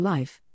Life